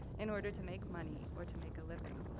in order to make money, or to make a living.